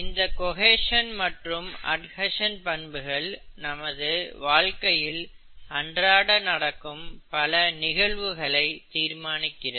இந்த கொஹேஷன் மற்றும் அட்ஹேஷன் பண்புகள் நமது வாழ்க்கையில் அன்றாட நடக்கும் பல நிகழ்வுகளை தீர்மானிக்கிறது